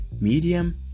Medium